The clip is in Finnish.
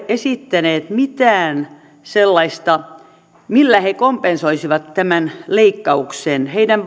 esittäneet mitään sellaista millä he kompensoisivat tämän leikkauksen heidän